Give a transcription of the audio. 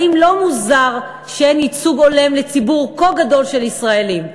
האם לא מוזר שאין ייצוג הולם לציבור כה גדול של ישראלים?